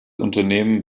unternehmen